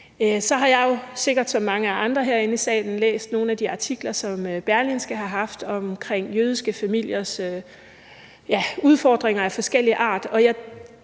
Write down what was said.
Jeg har jo, sikkert som mange andre herinde i salen, læst nogle af de artikler, som Berlingske har haft, omkring jødiske familiers udfordringer af forskellig art.